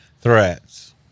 threats